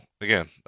again